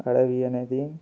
అడవి అనేది